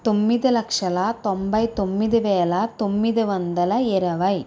తొమ్మిది లక్షల తొంభై తొమ్మిది వేల తొమ్మిది వందల ఇరవై